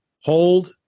hold